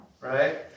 right